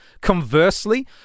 Conversely